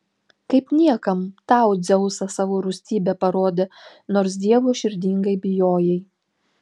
kaip niekam tau dzeusas savo rūstybę parodė nors dievo širdingai bijojai